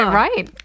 right